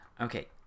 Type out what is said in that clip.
okay